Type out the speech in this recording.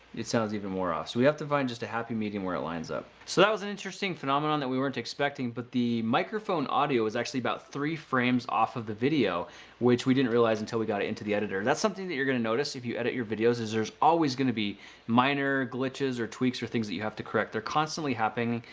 it sounds even more off. so, we have to find just a happy medium where it lines up. so, that was an interesting phenomenon that we weren't expecting. but the microphone audio is actually about three frames off of the video which we didn't realize until we got it into the editor. and that's something that you're going to notice if you edit your videos, is there's always going to be minor glitches or tweaks or things that you have to correct. they're constantly happening.